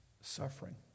Suffering